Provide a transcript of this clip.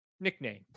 nickname